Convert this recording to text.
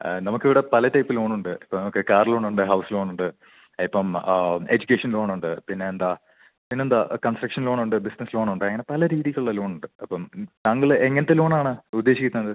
നമുക്കിവിടെ പല type loan ഉണ്ട് ഇപ്പം നമുക്ക് കാർ ലോണ് ഉണ്ട് ഹൗസ് ലോണ് ഉണ്ട് ഇപ്പം എജുക്കേഷൻ ലോണ് ഉണ്ട് പിന്നെ എന്താ പിന്നെന്താ കൺസ്ട്രക്ഷൻ ലോണ് ഉണ്ട് ബിസ്നസ്സ് ലോണ് ഉണ്ട് അങ്ങനെ പല രീതീസിലുള്ള ലോണ് ഉണ്ട് അപ്പം താങ്കൾ എങ്ങനെത്തെ ലോണ് ആണ് ഉദ്ദേശിക്കുന്നത്